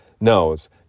knows